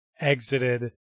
exited